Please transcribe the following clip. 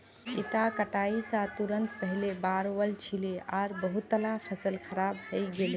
इता कटाई स तुरंत पहले बाढ़ वल छिले आर बहुतला फसल खराब हई गेले